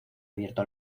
abierto